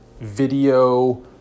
video